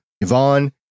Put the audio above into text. Yvonne